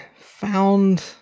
found